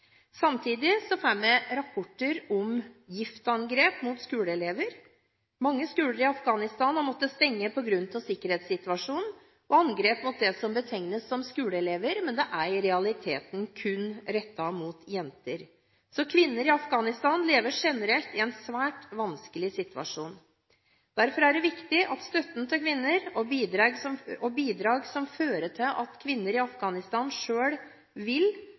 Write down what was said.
Samtidig får vi rapporter om giftangrep mot skoleelever. Mange skoler i Afghanistan har måttet stenge på grunn av sikkerhetssituasjonen og angrep mot det som betegnes som skoleelever, men det er i realiteten kun rettet mot jenter. Så kvinner i Afghanistan lever generelt i en svært vanskelig situasjon. Derfor er det viktig at støtten til kvinner og bidrag som fører til at kvinner i Afghanistan selv vil